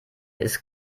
ist